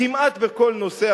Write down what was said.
כמעט בכל נושא,